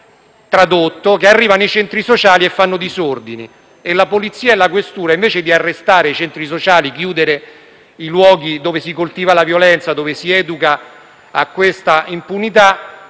che arrivano quelli dei centri sociali e fanno disordini. La polizia e la questura, invece di arrestare i facinorosi dei centri sociali e di chiudere i luoghi dove si coltiva la violenza, dove si educa a questa impunità,